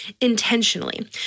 intentionally